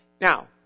Now